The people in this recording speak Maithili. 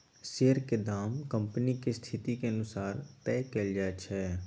शेयर केर दाम कंपनीक स्थिति अनुसार तय कएल जाइत छै